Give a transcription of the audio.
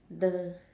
the